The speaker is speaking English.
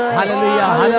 Hallelujah